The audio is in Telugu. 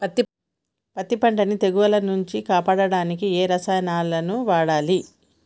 పత్తి పంటని తెగుల నుంచి కాపాడడానికి ఏ రసాయనాలను వాడాలి?